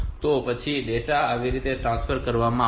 તો પછી ડેટા તે રીતે ટ્રાન્સફર કરવામાં આવશે